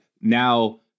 now